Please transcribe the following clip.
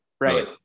right